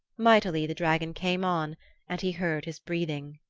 mightily the dragon came on and he heard his breathing.